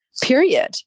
period